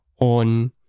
on